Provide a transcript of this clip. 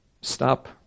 stop